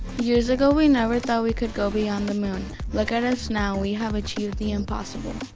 years ago we never thought we could go beyond the moon, look at us now, we have achieved the impossible.